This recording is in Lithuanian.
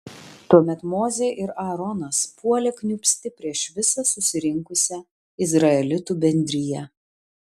tuomet mozė ir aaronas puolė kniūbsti prieš visą susirinkusią izraelitų bendriją